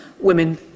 Women